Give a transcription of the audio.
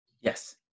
yes